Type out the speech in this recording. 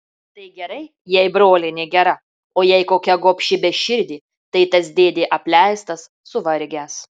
tai gerai jei brolienė gera o jei kokia gobši beširdė tai tas dėdė apleistas suvargęs